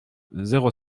zéro